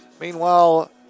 Meanwhile